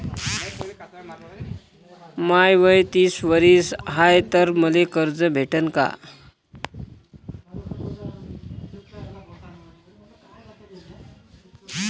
माय वय तीस वरीस हाय तर मले कर्ज भेटन का?